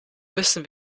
müssen